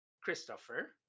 christopher